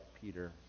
Peter